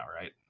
right